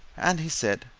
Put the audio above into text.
and he said,